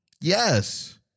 Yes